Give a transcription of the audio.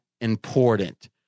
important